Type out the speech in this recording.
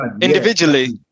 individually